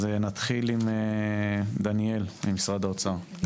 אז נתחיל עם דניאל ממשרד האוצר.